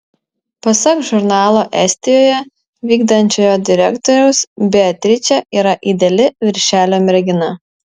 pasak žurnalo estijoje vykdančiojo direktoriaus beatričė yra ideali viršelio mergina